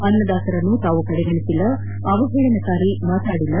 ಅನ್ನದಾತರನ್ನು ತಾವು ಕಡೆಗಣಿಸಿಲ್ಲ ಅವಹೇಳನಕಾರಿ ಮಾತಾಡಿಲ್ಲ